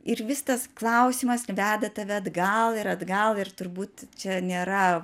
ir vis tas klausimas veda tave atgal ir atgal ir turbūt čia nėra